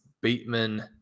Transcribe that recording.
bateman